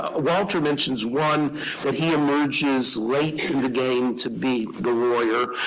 ah walter mentions one that he emerges late in the game to be the lawyer.